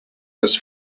this